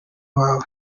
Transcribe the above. wawe